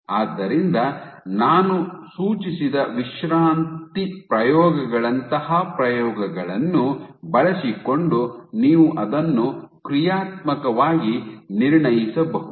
ಆದ್ದರಿಂದ ನಾನು ಸೂಚಿಸಿದ ವಿಶ್ರಾಂತಿ ಪ್ರಯೋಗಗಳಂತಹ ಪ್ರಯೋಗಗಳನ್ನು ಬಳಸಿಕೊಂಡು ನೀವು ಅದನ್ನು ಕ್ರಿಯಾತ್ಮಕವಾಗಿ ನಿರ್ಣಯಿಸಬಹುದು